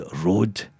Road